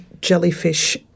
jellyfish